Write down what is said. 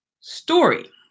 Story